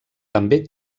també